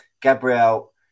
Gabriel